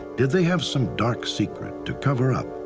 did they have some dark secret to cover up,